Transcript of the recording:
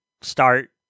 start